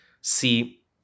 See